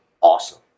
awesome